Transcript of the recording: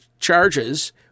charges